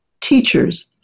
teachers